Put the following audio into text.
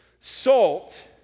Salt